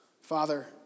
Father